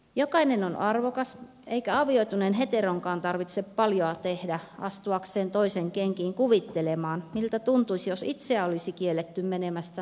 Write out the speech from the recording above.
jokainen on arvokas eikä avioituneen heteronkaan tarvitse paljoa tehdä astuakseen toisen kenkiin kuvittelemaan miltä tuntuisi jos itseä olisi kielletty menemästä naimisiin